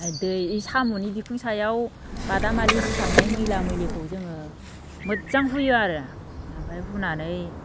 दै साम'नि बिखुं सायाव बादामालि सिथाबनाय मैला मैलिखौबो जोङो मोजां हुयो आरो ओमफ्राय हुनानै